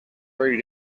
very